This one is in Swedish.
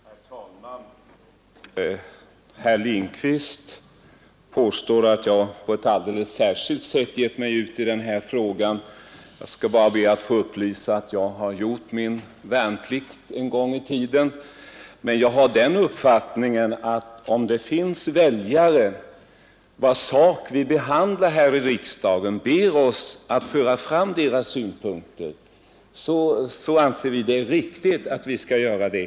Herr talman! Herr Lindkvist påstår att jag på ett alldeles särskilt sätt givit mig in i denna fråga. Jag skall bara lämna den upplysningen att jag en gång i tiden har gjort min värnplikt. Jag har emellertid den uppfattningen att det är riktigt att föra fram synpunkter från väljare vid behandlingen av frågor som berör dessa, om de ber oss att göra det.